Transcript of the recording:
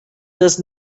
does